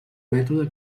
mètode